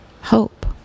hope